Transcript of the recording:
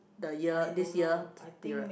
the year this year period